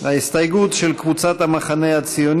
של חברי הכנסת ציפי